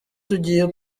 tugiye